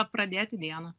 pradėti dieną